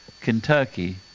Kentucky